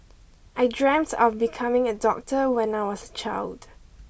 I dreamt of becoming a doctor when I was a child